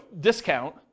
discount